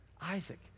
Isaac